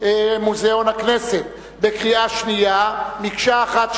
מוזיאון הכנסת בקריאה שנייה במקשה אחת,